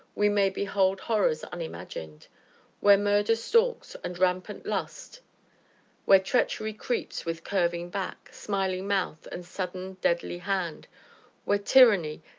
we may behold horrors unimagined where murder stalks, and rampant lust where treachery creeps with curving back, smiling mouth, and sudden, deadly hand where tyranny,